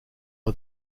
are